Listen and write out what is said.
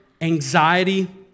anxiety